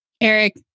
Eric